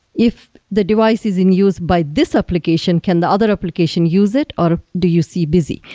if the device is in use by this application, can the other application use it or do you see busy?